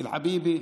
אמיל חביבי,